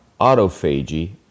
autophagy